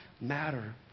matter